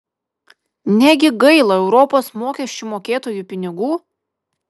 negi gaila europos mokesčių mokėtojų pinigų